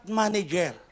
manager